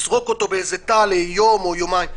לזרוק אותו באיזה תא ליום או יומיים.